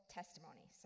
testimony